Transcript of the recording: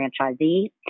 franchisee